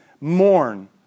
mourn